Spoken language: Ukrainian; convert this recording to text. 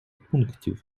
пунктів